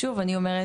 שוב אני אומרת,